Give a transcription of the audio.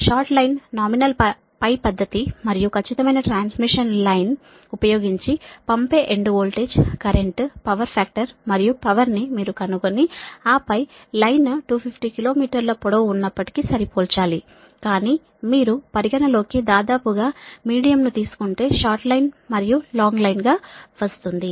short line nominal π పద్ధతి మరియు ఖచ్చితమైన ట్రాన్స్మిషన్ లైన్ ఉపయోగించి పంపే end voltage current power factor మరియు పవర్ ని మీరు కనుగొని ఆపై లైన్ 250 కిలో మీటర్ల పొడవు ఉన్నప్పటికీ సరిపోల్చాలి కాని మీరు పరిగణ లో కి దాదాపు గా మీడియం ను తీసుకుంటే షార్ట్ లైన్ మరియు లాంగ్ లైన్ గా వస్తుంది